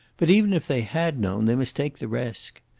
but, even if they had known, they must take the risk.